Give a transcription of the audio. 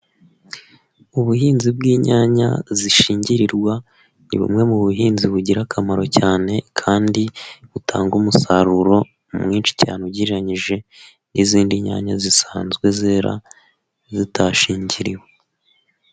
Ubuhinzi bw'inyanya zishingirwarirwa ni bumwe mu buhinzi bugira akamaro cyane kandi butanga umusaruro mwinshi cyane ugereranyije n'izindi nyanya zisanzwe zera zitashingiriwe.